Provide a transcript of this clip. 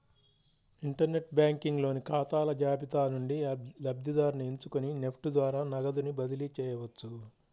inter net banking లోని ఖాతాల జాబితా నుండి లబ్ధిదారుని ఎంచుకొని నెఫ్ట్ ద్వారా నగదుని బదిలీ చేయవచ్చు